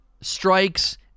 strikes